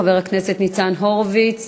חבר הכנסת ניצן הורוביץ,